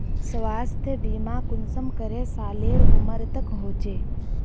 स्वास्थ्य बीमा कुंसम करे सालेर उमर तक होचए?